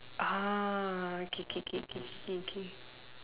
ah okay okay okay okay okay okay